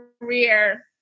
career